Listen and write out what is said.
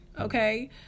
okay